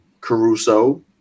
Caruso